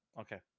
Okay